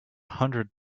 hundred